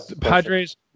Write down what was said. Padres